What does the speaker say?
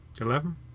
Eleven